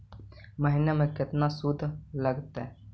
महिना में केतना शुद्ध लगतै?